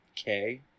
Okay